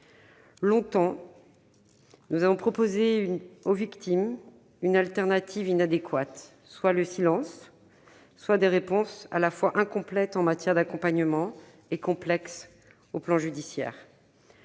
Longtemps, nous n'avons proposé aux victimes qu'une alternative inadéquate : soit le silence, soit des réponses à la fois incomplètes en matière d'accompagnement et complexes sur le plan judiciaire.